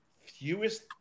Fewest